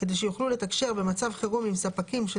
כדי שיוכלו לתקשר במצב חירום עם ספקים של